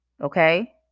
Okay